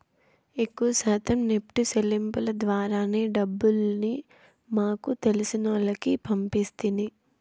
ఎక్కవ శాతం నెప్టు సెల్లింపుల ద్వారానే డబ్బుల్ని మాకు తెలిసినోల్లకి పంపిస్తిని